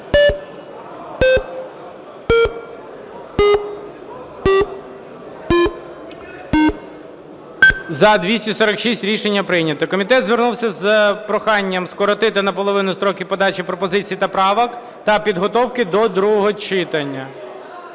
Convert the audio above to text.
За-246 Рішення прийнято. Комітет звернувся з прохання скоротити наполовину строки подачі пропозицій та правок та підготовки до другого читання.